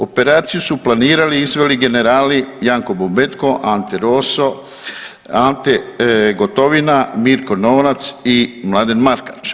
Operaciju su planirali i izveli generali Janko Bobetko, Ante Roso, Ante Gotovina, Mirko Norac i Mladen Markač.